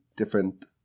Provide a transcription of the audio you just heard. different